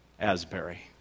Asbury